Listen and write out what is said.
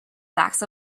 facts